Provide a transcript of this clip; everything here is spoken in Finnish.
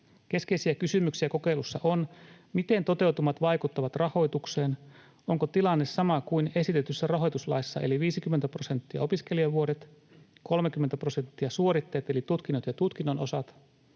Keskeisiä kysymyksiä kokeilussa on, miten toteutumat vaikuttavat rahoitukseen: onko tilanne sama kuin esitetyssä rahoituslaissa eli 50 prosenttia opiskelijavuodet, 30 prosenttia suoritteet eli tutkinnot ja tutkinnon osat,